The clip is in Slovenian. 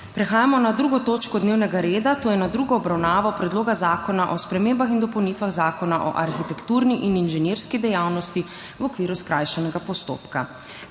s****prekinjeno 2. točko dnevnega reda, to je s tretjo obravnavo Predloga zakona o spremembah in dopolnitvah Zakona o arhitekturni in inženirski dejavnosti v okviru skrajšanega postopka.**